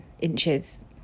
inches